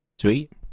sweet